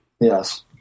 Yes